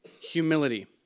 Humility